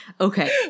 okay